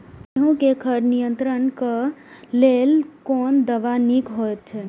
गेहूँ क खर नियंत्रण क लेल कोन दवा निक होयत अछि?